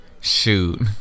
Shoot